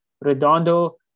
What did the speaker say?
Redondo